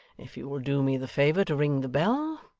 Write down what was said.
if you will do me the favour to ring the bell,